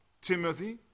timothy